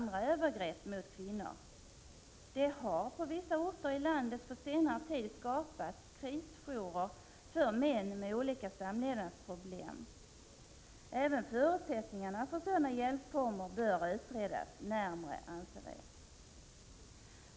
Det har på vissa orter i landet på senare tid skapats krisjourer för män med olika samlevnadsproblem. Även förutsättningarna för sådana hjälpformer bör utredas närmare.